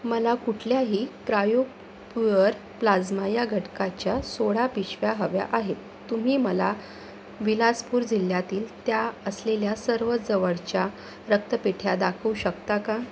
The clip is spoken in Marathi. मला कुठल्याही क्रायो पूअर प्लाज्मा या घटकाच्या सोळा पिशव्या हव्या आहे तुम्ही मला विलासपूर जिल्ह्यातील त्या असलेल्या सर्व जवळच्या रक्तपेढ्या दाखवू शकता का